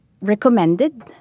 recommended—